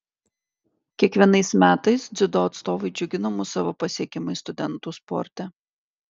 kiekvienais metais dziudo atstovai džiugina mus savo pasiekimais studentų sporte